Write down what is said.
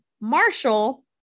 marshall